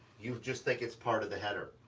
you'd just think it's part of the header,